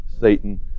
Satan